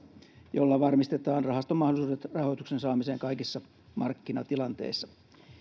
jolla varmistetaan rahaston mahdollisuudet rahoituksen saamiseen kaikissa markkinatilanteissa